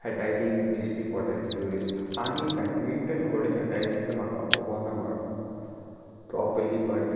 खेळटाय तीं दिश्टी पडटाय ट्युरिस्ट आनी बॅटमिंटन घडये खेळटाय दिसता म्हाका खबरना मळ प्रोपरली बट